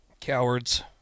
cowards